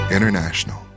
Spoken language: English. International